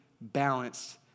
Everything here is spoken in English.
balanced